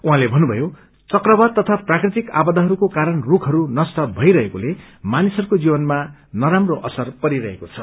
उहाँले भन्नुमयो चकवात तथा प्राकृतिक आपदाहरूको कारण रूखहरू नष्ट भइरहेको छ मानिसहरूको जीवनमा नराम्रो असर परिरहेको छ